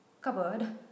cupboard